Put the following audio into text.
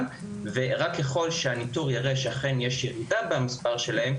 ורק ככל שהניטור יראה שאכן יש ירידה במספר שלהם,